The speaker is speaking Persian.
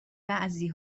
بعضی